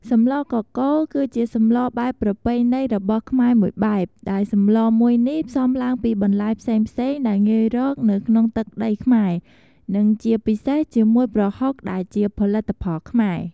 សម្លកកូរ គឺជាសម្លបែបប្រពៃណីរបស់ខ្មែរមួយបែប ដែលសម្លមួយនេះផ្សំឡើងពីបន្លែផ្សេងៗដែលងាយរកនៅក្នុងទឹកដីខ្មែរ និងជាពិសេសជាមួយប្រហុកដែលជាផលិតផលខ្មែរ។